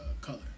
color